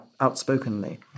outspokenly